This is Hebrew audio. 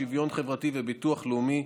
שוויון חברתי וביטוח לאומי,